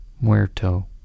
Muerto